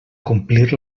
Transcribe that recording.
complir